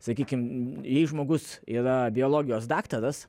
sakykim jei žmogus yra biologijos daktaras